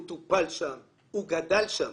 טפל וגדל שם.